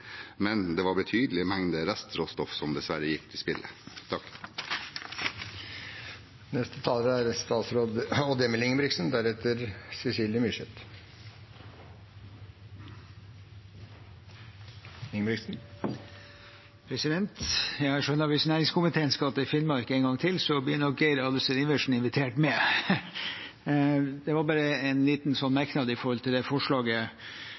men det var betydelige mengder restråstoff som dessverre gikk til spille. Jeg skjønner at hvis næringskomiteen skal til Finnmark en gang til, blir nok Geir Adelsten Iversen invitert med! Det var bare en liten merknad til forslaget om å utrede en ordning med å pålegge levering på fiskemottak. Det